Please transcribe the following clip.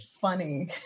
funny